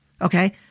okay